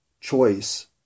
choice